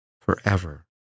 forever